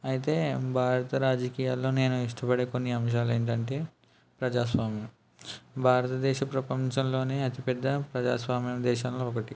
అయితే భారత రాజకీయాల్లో నేను ఇష్టపడే కొన్ని అంశాలు ఏంటి అంటే ప్రజాస్వామ్యం భారతదేశ ప్రపంచంలోనే అతి పెద్ద ప్రజాస్వామ్యం దేశంలో ఒకటి